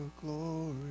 glory